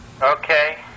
Okay